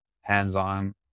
hands-on